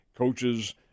Coaches